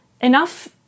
enough